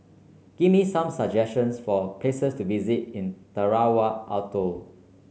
give me some suggestions for places to visit in Tarawa Atoll